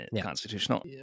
constitutional